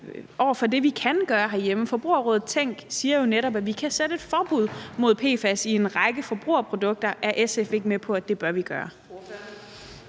over for det, vi kan gøre herhjemme. Forbrugerrådet Tænk siger jo netop, at vi kan iværksætte et forbud mod PFAS i en række forbrugerprodukter. Er SF ikke med på, at det bør vi gøre?